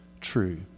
true